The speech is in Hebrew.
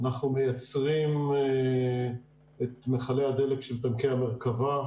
אנחנו מייצרים את מכלי הדלק של טנקי המרכבה,